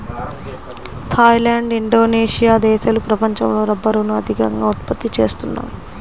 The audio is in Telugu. థాయ్ ల్యాండ్, ఇండోనేషియా దేశాలు ప్రపంచంలో రబ్బరును అత్యధికంగా ఉత్పత్తి చేస్తున్నాయి